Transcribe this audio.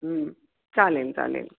चालेल चालेल